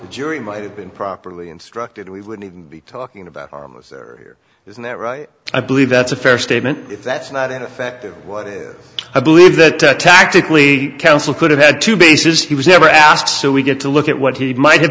the jury might have been properly instructed we wouldn't be talking about this there isn't that right i believe that's a fair statement if that's not in effect what i believe that tactically counsel could have had two bases he was never asked so we get to look at what he might have